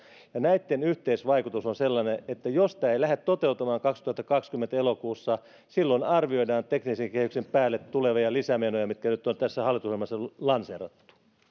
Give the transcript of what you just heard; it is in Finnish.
ja näitten yhteisvaikutus on sellainen että jos tämä ei lähde toteutumaan kaksituhattakaksikymmentä elokuussa silloin arvioidaan teknisen kehityksen päälle tulevia lisämenoja mitkä nyt on tässä hallitusohjelmassa lanseerattu